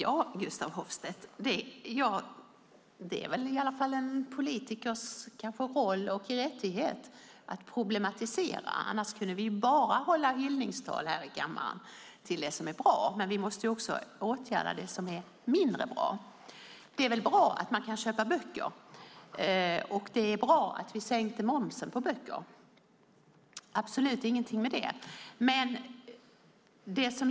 Herr talman! Det är i varje fall en politikers roll och rättighet att problematisera, Gustaf Hoffstedt. Annars kunde vi bara hålla hyllningstal här i kammaren om det som är bra. Vi måste också åtgärda det som är mindre bra. Det är väl bra att man kan köpa böcker, och det är bra att vi sänkte momsen på böcker. Det är absolut ingenting fel med det.